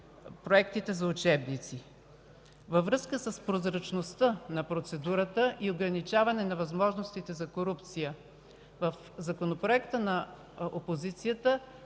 проектите за учебници. Във връзка с прозрачността на процедурата и ограничаването на възможностите за корупция, в Законопроекта на опозицията